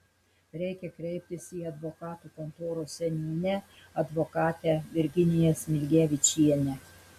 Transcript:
reikia kreiptis į advokatų kontoros seniūnę advokatę virginiją smilgevičienę